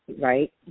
right